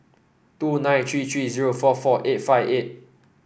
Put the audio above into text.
two nine three three zero four four eight five eight